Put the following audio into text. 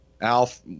Alf